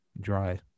dry